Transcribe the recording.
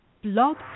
Blog